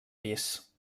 pis